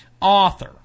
author